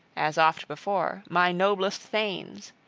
as oft before, my noblest thanes.